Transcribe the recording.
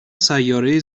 سیاره